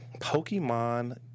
Pokemon